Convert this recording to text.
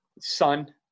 Son